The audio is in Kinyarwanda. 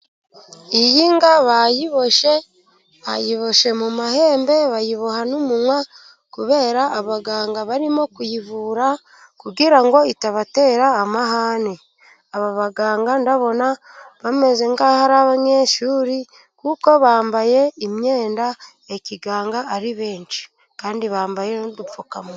Iyi nka bayiboshye, bayiboshe mu mahembe bayiboha n'umunwa, kubera abaganga barimo kuyivura, kugira ngo itabatera amahane. Aba baganga ndabona bameze nk'aho ari abanyeshuri, kuko bambaye imyenda ya kiganga ari benshi. Kandi bambaye n'dupfukamuwa.